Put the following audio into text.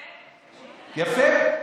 יפה.